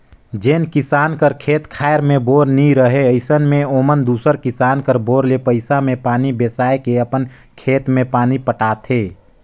जेन किसान कर खेत खाएर मे बोर नी रहें अइसे मे ओमन दूसर किसान कर बोर ले पइसा मे पानी बेसाए के अपन खेत मे पानी पटाथे